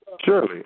Surely